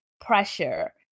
pressure